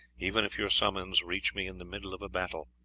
even if your summons reach me in the middle of a battle.